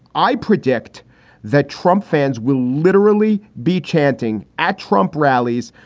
i predict that trump fans will literally be chanting at trump rallies.